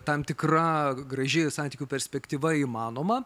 tam tikra graži santykių perspektyva įmanoma